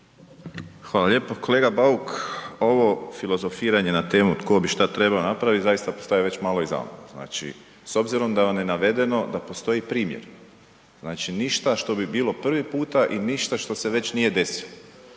Hvala lijepo. Kolega Bauk, ovo filozofiranje na temu tko bi šta trebao napraviti zaista postaje već malo i zamorno. Znači s obzirom da vam je navedeno da postoji primjer, znači ništa što bi bilo prvi puta i ništa što se već nije desilo.